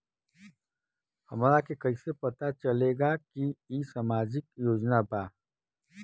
हमरा के कइसे पता चलेगा की इ सामाजिक योजना बा?